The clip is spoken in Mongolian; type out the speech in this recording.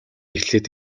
эхлээд